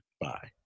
bye